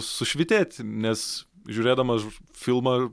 sušvytėti nes žiūrėdama filmą